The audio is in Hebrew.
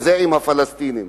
עם הפלסטינים.